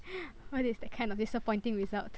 what is that kind of disappointing result